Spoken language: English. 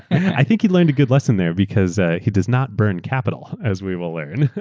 i think he learned a good lesson there because ah he does not burn capital, as we will learn.